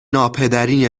ناپدری